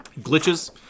glitches